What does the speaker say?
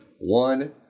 one